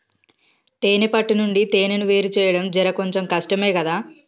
తేనే పట్టు నుండి తేనెను వేరుచేయడం జర కొంచెం కష్టమే గదా